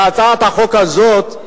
בהצעת החוק הזאת,